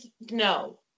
no